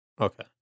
Okay